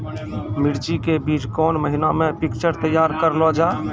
मिर्ची के बीज कौन महीना मे पिक्चर तैयार करऽ लो जा?